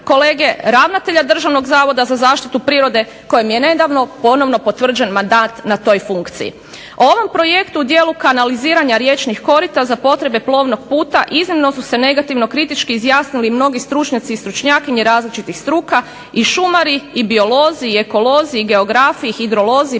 kolege, ravnatelja Državnog zavoda za zaštitu prirode kojem je nedavno ponovno potvrđen mandat na toj funkciji. O ovom projektu u dijelu kanaliziranja riječnih korita za potrebe plovnog puta iznimno su se negativno kritički izjasnili mnogi stručnjaci i stručnjakinje različitih struka i šumari i biolozi i ekolozi i geografi, hidrolozi,